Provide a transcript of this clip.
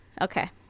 Okay